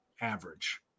average